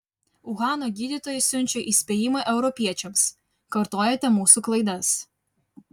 uhano gydytojai siunčia įspėjimą europiečiams kartojate mūsų klaidas